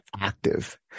active